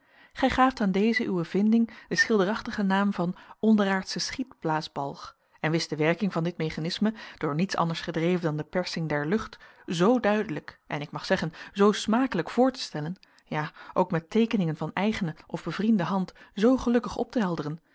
gij gaaft aan deze uwe vinding den schilderachtigen naam van onderaardschen schietblaasbalg en wist de werking van dit mechanisme door niets anders gedreven dan de persing der lucht zoo duidelijk en ik mag zeggen zoo smakelijk voor te stellen ja ook met teekeningen van eigene of bevriende hand zoo gelukkig op te helderen